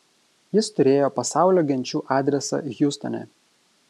jis turėjo pasaulio genčių adresą hjustone